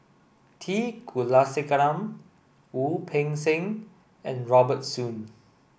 T Kulasekaram Wu Peng Seng and Robert Soon